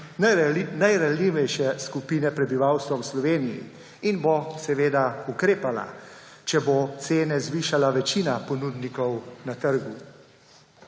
najranljivejše skupine prebivalstva v Sloveniji in bo seveda ukrepala, če bo cene zvišala večina ponudnikov na trgu.